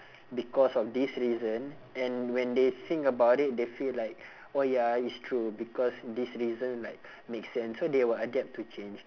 because of this reason and when they think about it they feel like oh ya it's true because this reason like make sense so they will adapt to change